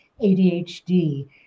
ADHD